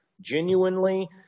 genuinely